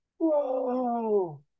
whoa